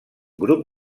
grup